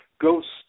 ghosts